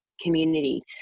community